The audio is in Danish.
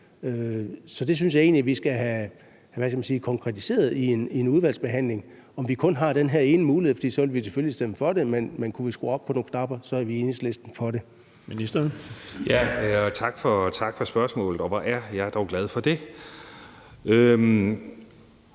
Så det synes jeg egentlig vi skal have konkretiseret i udvalgsbehandlingen, altså om vi kun har den her ene mulighed, for så vil vi selvfølgelig stemme for det. Men kunne man skrue op på nogle knapper, er vi i Enhedslisten for det. Kl. 15:53 Den fg. formand (Erling Bonnesen): Ministeren. Kl.